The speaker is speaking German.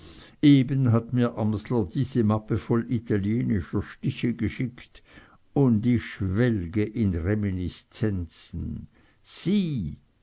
eben hat mir amsler diese mappe voll italienischer stiche geschickt und ich schwelge in reminiszenzen sieh